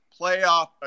playoff